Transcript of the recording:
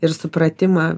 ir supratimą